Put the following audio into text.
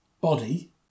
body